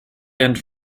and